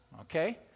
okay